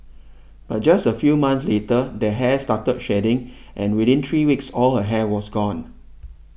but just a few months later the hair started shedding and within three weeks all her hair was gone